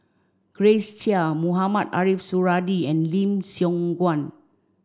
Grace Chia Mohamed Ariff Suradi and Lim Siong Guan